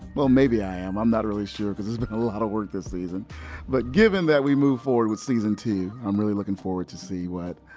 well maybe i am, i'm not really sure, because it's been a lot of work this season but given that we move forward with season two, i'm really looking forward to seeing what,